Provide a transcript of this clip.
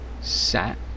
Sat